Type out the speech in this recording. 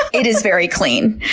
it is very clean.